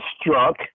struck